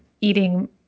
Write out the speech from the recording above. eating